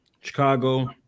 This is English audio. Chicago